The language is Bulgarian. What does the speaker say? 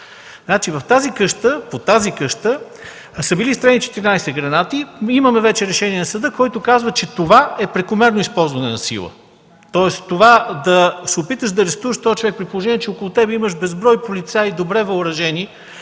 доста стара къщичка. По тази къща са били изстреляни 14 гранати. Имаме вече решение на съда, който каза, че това е прекомерно използване на сила. Това да се опитваш да арестуваш този човек, при положение че около теб имаш безброй полицаи, добре въоръжени